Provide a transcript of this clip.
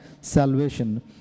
Salvation